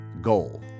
goal